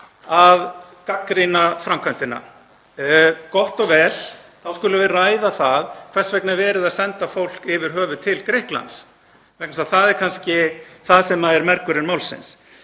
að gagnrýna framkvæmdina. Gott og vel, þá skulum við ræða hvers vegna verið er að senda fólk yfir höfuð til Grikklands, vegna þess að það er kannski það sem er mergurinn málsins.